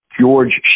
George